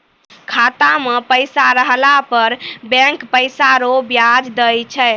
खाता मे पैसा रहला पर बैंक पैसा रो ब्याज दैय छै